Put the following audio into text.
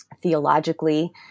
theologically